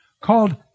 called